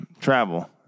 travel